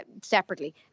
separately